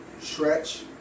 stretch